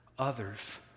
others